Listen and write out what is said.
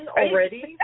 already